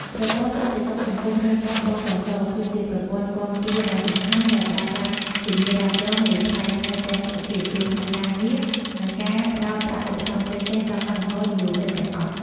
របបសន្តិសុខសង្គម ហៅកាត់ (ប.ស.ស) គឺជាប្រព័ន្ធគាំពារដ៏សំខាន់ដែលផ្តល់ការធានារ៉ាប់រងលើផ្នែកថែទាំសុខភាព គ្រោះថ្នាក់ការងារ និងការផ្តល់ប្រាក់ឧបត្ថម្ភផ្សេងៗដល់កម្មករនិយោជិតទាំងអស់។